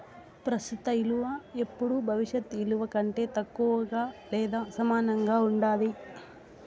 ప్రస్తుత ఇలువ ఎల్లపుడూ భవిష్యత్ ఇలువ కంటే తక్కువగా లేదా సమానంగా ఉండాది